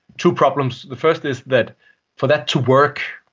two problems, the first is that for that to work,